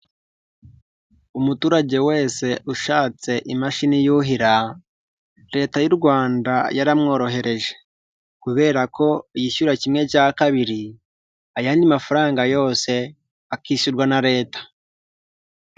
Umuturage wese ushatse imashini yuhira Leta y'u Rwanda yaramworohereje kubera ko yishyura kimwe cya kabiri ayandi mafaranga yose akishyurwa na Leta.